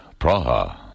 Praha